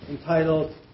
entitled